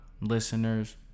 listeners